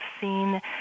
seen